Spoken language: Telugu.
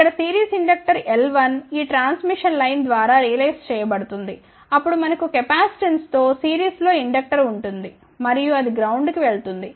ఇక్కడ సిరీస్ ఇండక్టర్ L1 ఈ ట్రాన్స్మిషన్ లైన్ ద్వారా రియలైజ్ చేయబడుతుంది అప్పుడు మనకు కెపాసిటెన్స్తో సిరీస్లో ఇండక్టర్ ఉంటుంది మరియు అది గ్రౌండ్ కి వెళుతుంది